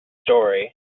story